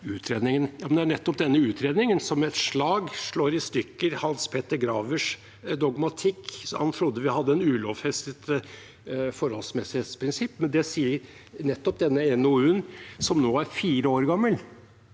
utredningen.» Det er nettopp denne utredningen som med et slag slår i stykker Hans Petter Gravers dogmatikk. Han trodde vi hadde et ulovfestet forholdsmessighetsprinsipp, men det sier nettopp denne NOU-en, som nå er fire år gammel,